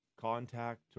contact